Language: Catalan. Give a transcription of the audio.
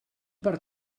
per